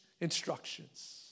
instructions